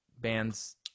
bands